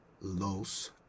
los